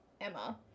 Emma